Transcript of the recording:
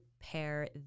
pair